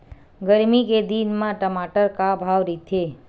गरमी के दिन म टमाटर का भाव रहिथे?